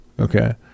okay